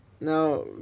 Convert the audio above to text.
now